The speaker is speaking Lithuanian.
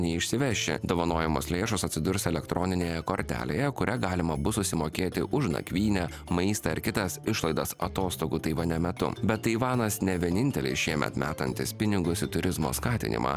neišsiveši dovanojamos lėšos atsidurs elektroninėje kortelėje kuria galima bus susimokėti už nakvynę maistą ar kitas išlaidas atostogų taivane metu bet taivanas ne vienintelė šiemet metantis pinigus į turizmo skatinimą